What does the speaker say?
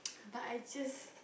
but I just